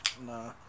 nah